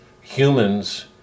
humans